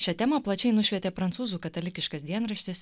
šią temą plačiai nušvietė prancūzų katalikiškas dienraštis